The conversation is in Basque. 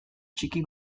txiki